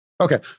okay